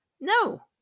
No